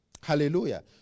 Hallelujah